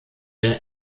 den